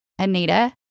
Anita